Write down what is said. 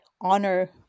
honor